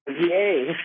Yay